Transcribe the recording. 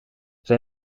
zij